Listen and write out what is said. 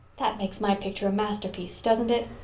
that makes my picture a masterpiece, doesn't it,